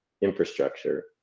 infrastructure